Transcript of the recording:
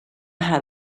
had